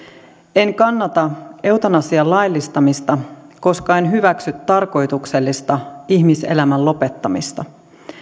en kannata eutanasian laillistamista koska en hyväksy tarkoituksellista ihmiselämän lopettamista